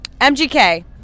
MGK